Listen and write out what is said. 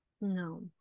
No